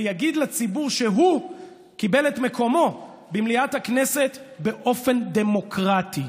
ויגיד לציבור שהוא קיבל את מקומו במליאת הכנסת באופן דמוקרטי.